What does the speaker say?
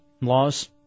Laws